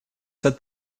set